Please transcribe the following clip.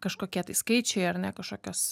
kažkokie tai skaičiai ar ne kažkokios